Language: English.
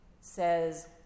says